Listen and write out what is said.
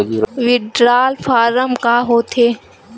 Withdrawal form का होथे?